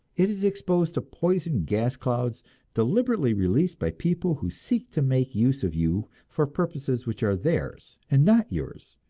it is exposed to poison gas-clouds deliberately released by people who seek to make use of you for purposes which are theirs and not yours.